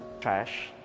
Trash